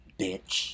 bitch